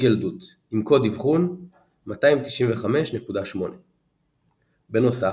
סוג ילדות" עם קוד אבחון 295.8. בנוסף,